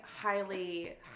highly